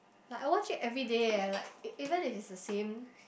like I watch it everyday eh like e~ even if it is the same